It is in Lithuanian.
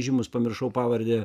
žymus pamiršau pavardę